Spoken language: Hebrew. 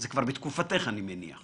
זה כבר בתקופתך, אני מניח.